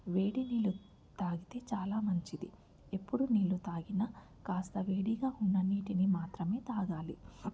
వేడి నీళ్ళు తాగితే చాలా మంచిది ఎప్పుడు నీళ్ళు తాగిన కాస్త వేడిగా ఉన్న నీటిని మాత్రమే తాగాలి